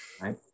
right